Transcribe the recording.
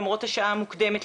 למרות השעה המוקדמת,